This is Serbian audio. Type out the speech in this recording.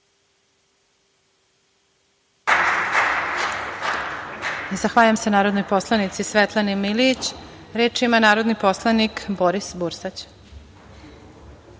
Zahvaljujem se narodnoj poslanici Svetlani Milijić. Reč ima narodni poslanik Boris